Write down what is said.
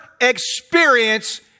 experience